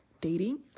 dating